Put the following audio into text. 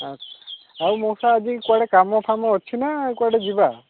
ଅଚ୍ଛା ଆଉ ମଉସା ଆଜି କୁଆଡ଼େ କାମଫାମ ଅଛିନା ଆଉ କୁଆଡ଼େ ଯିବା